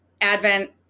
Advent